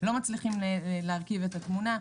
לא מצליחה להרכיב את התמונה.